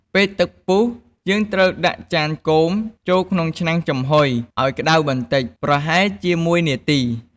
ពេលទឹកពុះ យើងត្រូវដាក់ចានគោមចូលក្នុងឆ្នាំងចំហុយឱ្យក្ដៅបន្តិច ប្រហែលជា ១ នាទី។